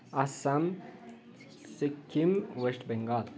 Assam Sikkim west Bengal